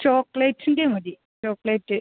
ചോക്ലേറ്റിൻ്റെ മതി ചോക്ലേറ്റ്